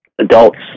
adults